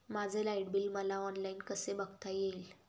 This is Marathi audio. माझे लाईट बिल मला ऑनलाईन कसे बघता येईल?